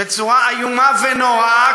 בצורה איומה ונוראה,